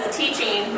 teaching